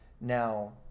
Now